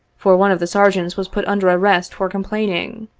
for one of the sergeants was put under arrest for complaining,